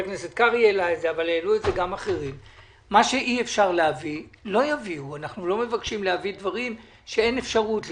אנחנו לא מבקשים להביא דברים שאין אפשרות להביא,